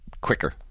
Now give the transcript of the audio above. quicker